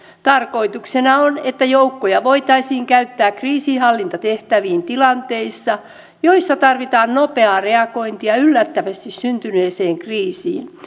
tarkoituksena on että joukkoja voitaisiin käyttää kriisinhallintatehtäviin tilanteissa joissa tarvitaan nopeaa reagointia yllättävästi syntyneeseen kriisiin osastoon